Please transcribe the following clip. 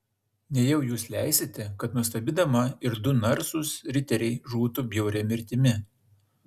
nejau jūs leisite kad nuostabi dama ir du narsūs riteriai žūtų bjauria mirtimi